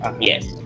Yes